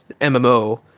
MMO